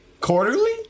Quarterly